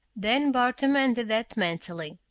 then bart amended that mentally.